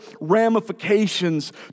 ramifications